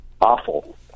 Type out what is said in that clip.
awful